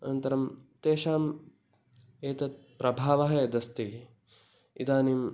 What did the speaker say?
अनन्तरं तेषाम् एतत् प्रभावः यदस्ति इदानीं